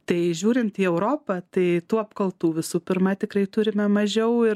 tai žiūrint į europą tai tų apkaltų visų pirma tikrai turime mažiau ir